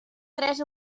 tres